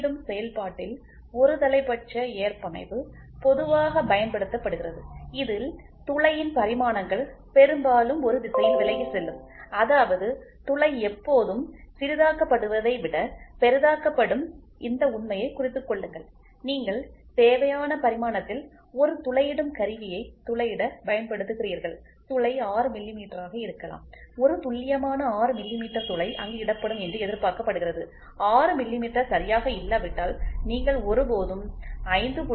துளையிடும் செயல்பாட்டில் ஒருதலைப்பட்ச ஏற்பமைவு பொதுவாக பயன்படுத்தப்படுகிறது இதில் துளையின் பரிமாணங்கள் பெரும்பாலும் ஒரு திசையில் விலகிச்செல்லும் அதாவது துளை எப்போதும் சிறிதாக்கப்படுவதை விட பெரிதாக்கப்படும் இந்த உண்மையை குறித்து கொள்ளுங்கள் நீங்கள் தேவையான பரிமாணத்தில் ஒரு துளையிடும் கருவியை துளையிட பயன்படுத்துகிறீர்கள் துளை 6 மில்லிமீட்டராக இருக்கலாம் ஒரு துல்லியமான 6 மில்லிமீட்டர் துளை அங்கு இடப்படும் என்று எதிர்பார்க்கப்படுகிறது 6 மில்லிமீட்டர் சரியாக இல்லாவிட்டால் நீங்கள் ஒருபோதும் 5